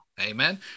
Amen